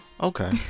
Okay